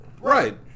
Right